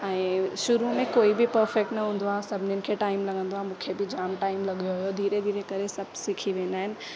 ऐं शुरू में कोई बि परफैक्ट न हूंदो आहे सभिनिनि खे टाइम लॻंदो आहे मूंखे बि जाम टाइम लॻियो हुओ धीरे धीरे करे सभु सिखी वेंदा आहिनि